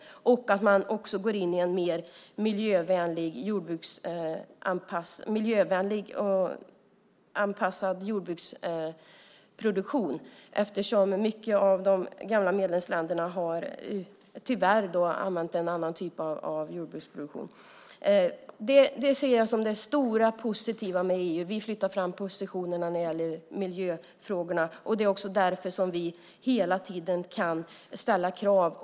Det handlar också om att man går in i en mer miljöanpassad jordbruksproduktion. Många av de gamla medlemsländerna har tyvärr använt en annan typ av jordbruksproduktion. Det ser jag som det stora positiva med EU. Vi flyttar fram positionerna när det gäller miljöfrågorna. Det är också därför som vi hela tiden kan ställa krav.